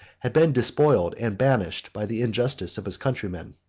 had been despoiled and banished by the injustice of his countrymen.